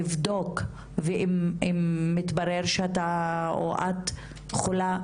לבדוק ואם מתברר שאתה או את חולה,